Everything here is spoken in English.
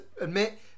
admit